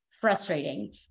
frustrating